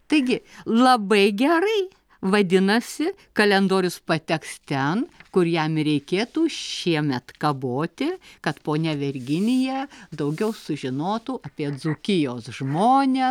taigi labai gerai vadinasi kalendorius pateks ten kur jam ir reikėtų šiemet kaboti kad ponia virginija daugiau sužinotų apie dzūkijos žmone